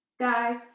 Guys